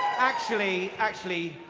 actually, actually,